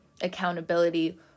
accountability